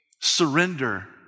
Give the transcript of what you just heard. surrender